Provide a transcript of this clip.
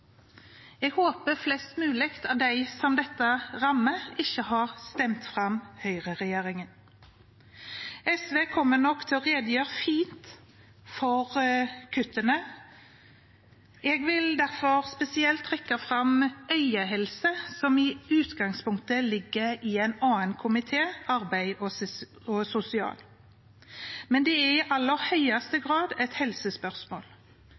Jeg håper flest mulig av dem dette rammer, ikke har stemt fram høyreregjeringen. SV kommer nok til å redegjøre fint for kuttene. Jeg vil derfor spesielt trekke fram øyehelse, som i utgangspunktet ligger i en annen komité, arbeids- og sosialkomiteen, men det er i aller høyeste grad et helsespørsmål.